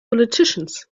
politicians